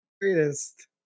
greatest